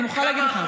אני מוכרחה להגיד לך.